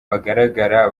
bagaragara